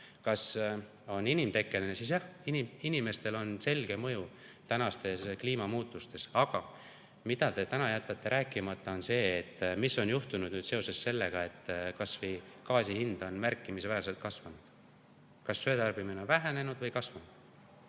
on inimtekkeline, siis jah, inimestel on selge mõju tänastes kliimamuutustes. Aga mida te jätate rääkimata, on see, mis on juhtunud seoses sellega, et kas või gaasi hind on märkimisväärselt tõusnud. Kas tarbimine on vähenenud või kasvanud?